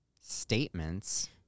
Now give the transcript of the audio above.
statements